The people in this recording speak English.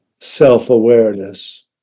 self-awareness